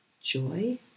joy